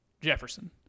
Jefferson